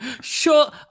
sure